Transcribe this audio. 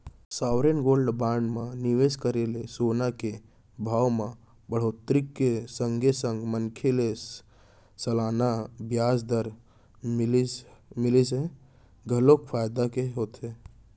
sovereign gold bond म निवेस करे ले सोना के भाव म बड़होत्तरी के संगे संग मनसे ल सलाना बियाज दर मिलई ह घलोक फायदा के होथे